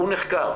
האיש נחקר.